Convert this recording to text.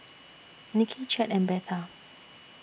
Nicki Chet and Betha